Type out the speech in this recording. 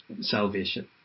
salvation